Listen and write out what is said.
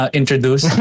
introduce